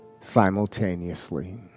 simultaneously